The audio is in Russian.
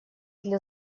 для